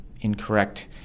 incorrect